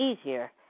easier